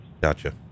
gotcha